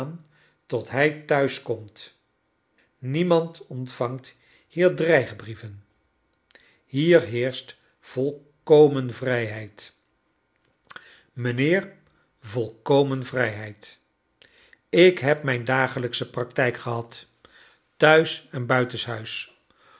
tot hij thuis komt nieraand ontvangt hier dreigkleine dorrit brieven hier heerscht volkomen vrijheid mijnheer volkomen vrijheid ik heb mijn dagelijksche praktijk gehad thuis en